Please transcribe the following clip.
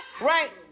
Right